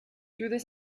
through